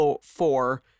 four